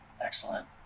Excellent